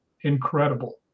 incredible